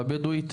הבדואית?